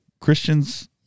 Christians